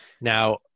Now